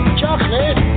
chocolate